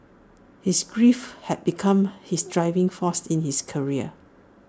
his grief had become his driving force in his career